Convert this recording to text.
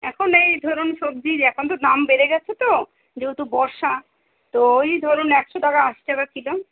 এখন এই ধরুন সবজির এখন তো দাম বেড়ে গেছে তো যেহতু বর্ষা তো এই ধরুন একশো টাকা আশি টাকা কিলো